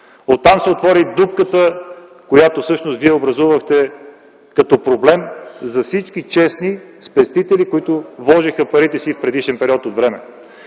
Оттам се отвори дупката, която всъщност вие образувахте като проблем за всички честни спестители, които вложиха парите си в предишен период от време.